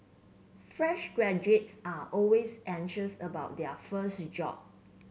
fresh graduates are always anxious about their first job